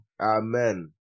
Amen